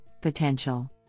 potential